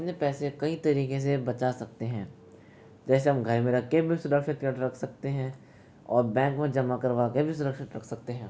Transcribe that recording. अपने पैसे कई तरीके से बचा सकते हैं जैसे हम घर में रखके भी सुरक्षित कर रख सकते हैं और बैंक में जमा करवा के भी सुरक्षित रख सकते हैं